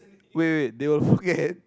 wait wait wait they will forget